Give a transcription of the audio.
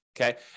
Okay